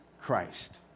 Christ